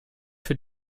für